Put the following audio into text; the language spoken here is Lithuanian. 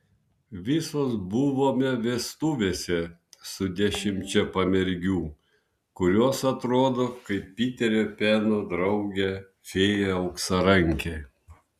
visos buvome vestuvėse su dešimčia pamergių kurios atrodo kaip piterio peno draugė fėja auksarankė